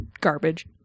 garbage